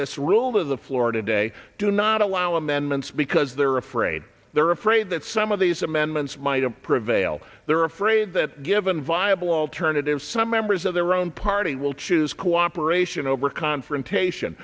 this rule the florida day do not allow amendments because they're afraid they're afraid that some of these amendments might have prevail they're afraid that given viable alternatives some members of their own party will choose cooperation over confrontation